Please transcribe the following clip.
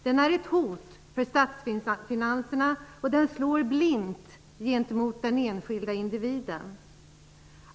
Den är ett hot mot statsfinanserna, och den slår blint gentemot den enskilda individen.